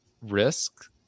risk